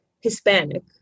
Hispanic